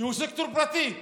כי הוא סקטור פרטי,